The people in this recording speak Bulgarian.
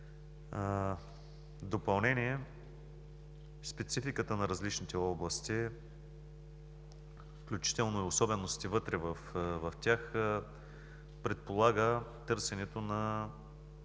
допълнение, спецификата на различните области, включително и особеностите вътре в тях, предполага търсенето на